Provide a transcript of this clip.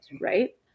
right